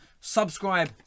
Subscribe